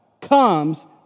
comes